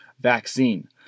vaccine